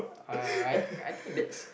uh I think I think that's